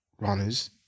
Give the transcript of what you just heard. runners